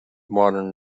modern